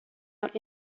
out